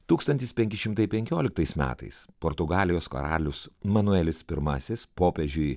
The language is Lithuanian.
tūkstantis penki šimtai penkioliktais metais portugalijos karalius manuelis pirmasis popiežiui